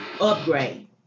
upgrade